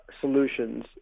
solutions